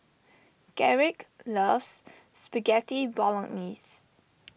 Garrick loves Spaghetti Bolognese